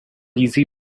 easy